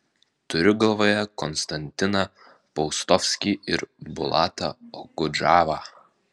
turiu galvoje konstantiną paustovskį ir bulatą okudžavą